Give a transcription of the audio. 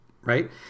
right